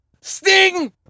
sting